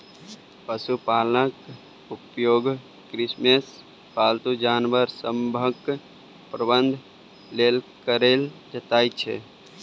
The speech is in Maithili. पशुपालनक उपयोग कृषिमे पालतू जानवर सभक प्रबंधन लेल कएल जाइत छै